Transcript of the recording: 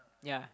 ya